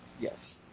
Yes